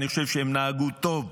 אני חושב שהם נהגו טוב.